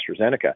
AstraZeneca